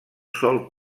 sol